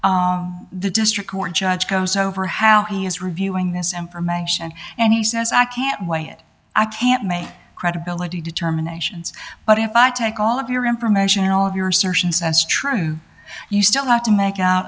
the district court judge goes over how he is reviewing this information and he says i can't why it i can't my credibility determinations but if i take all of your informational of your assertions as true you still have to make out